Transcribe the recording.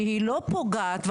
שלא פוגעת,